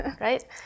Right